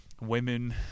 Women